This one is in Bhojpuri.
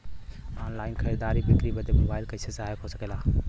ऑनलाइन खरीद बिक्री बदे मोबाइल कइसे सहायक हो सकेला?